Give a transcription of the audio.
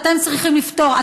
ואתם צריכים לפתור.